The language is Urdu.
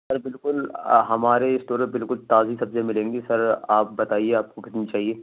سر بالکل ہمارے اسٹور پہ بالکل تازی سبزیاں ملیں گی سر آپ بتائیے آپ کو کتنی چاہیے